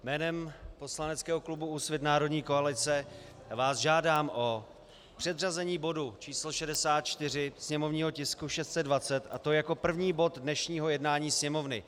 Jménem poslaneckého klubu Úsvit Národní koalice vás žádám o předřazení bodu číslo 64, sněmovního tisku 620, a to jako první bod dnešního jednání Sněmovny.